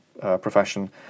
profession